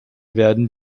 werden